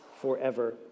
forever